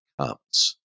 comes